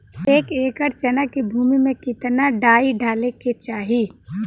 एक एकड़ चना के भूमि में कितना डाई डाले के चाही?